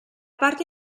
parte